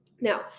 Now